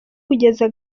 kugeza